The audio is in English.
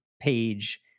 page